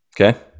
okay